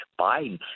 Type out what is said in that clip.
Biden